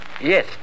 Yes